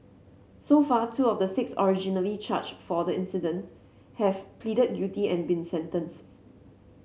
so far two of the six originally charged for the incident have pleaded guilty and been sentenced